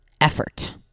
effort